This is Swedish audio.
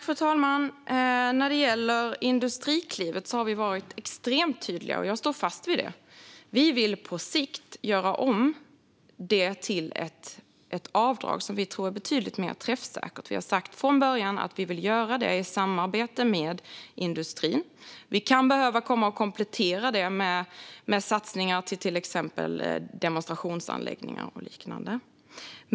Fru talman! När det gäller Industriklivet har vi varit extremt tydliga. Jag står fast vid det. Vi vill på sikt göra om det till ett avdrag, vilket vi tror är betydligt mer träffsäkert. Vi har från början sagt att vi vill göra detta i samarbete med industrin. Vi kan behöva komplettera det med satsningar på till exempel demonstrationsanläggningar och liknande.